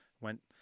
went